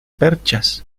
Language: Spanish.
perchas